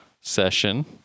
session